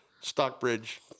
Stockbridge